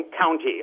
County